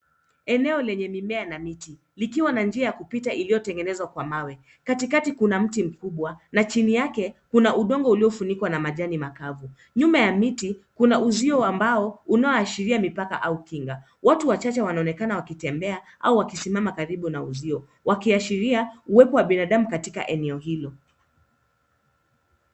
Eneo lenye mimea na miti, likiwa na njia ya kupita iliyotengenezwa kwa mawe. Katikati kuna mti mkubwa na chini yake kuna udongo uliofunikwa na majani makavu. Nyuma ya miti kuna uzio wa mbao unaoashiria mipaka au kinga. Watu wachache wanaonekana wakitembea au wakisamama karibu na uzio, wakiashiria uwepo wa binadamu katika eneo hilo.